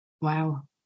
Wow